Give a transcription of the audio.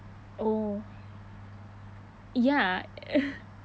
oh ya